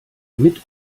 mit